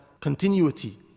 continuity